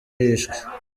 yishwe